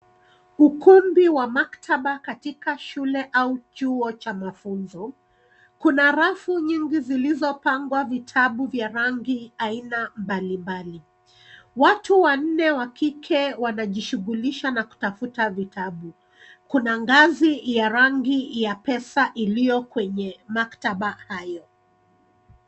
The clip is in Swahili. Ukumbi wa maktaba katika shule au chuo cha mafunzo. Kuna rafu nyingi zilizopangwa vitabu vya rangi aina mbalimbali. Watu wanne wa kike wanajishughulisha na kutafuta vitabu. Kuna ngazi ya rangi ya pesa iliyo kwenye maktaba hayo.